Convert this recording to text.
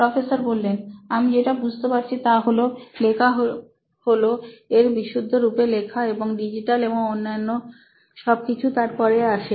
professor আমি যেটা বুঝতে পারছি তাহলো লেখা হল এর বিশুদ্ধরূপে লেখা এবং ডিজিটাল এবং অন্যান্য সবকিছু তারপরে আসে